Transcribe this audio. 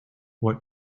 what